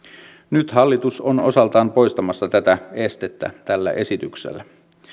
nyt hallitus on osaltaan poistamassa tätä estettä tällä esityksellä